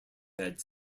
bed